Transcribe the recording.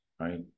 right